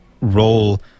role